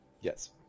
Yes